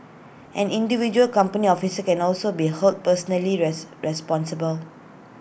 an individual company office can also be held personally responsible